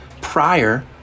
prior